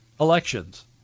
elections